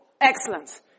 Excellent